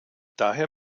daher